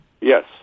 yes